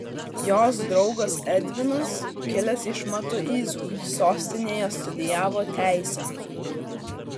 jos draugas edvinas kilęs iš matuizų sostinėje studijavo teisę